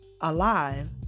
alive